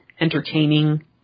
entertaining